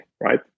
right